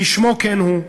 כשמו כן הוא,